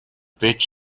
fitch